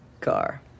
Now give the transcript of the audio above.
car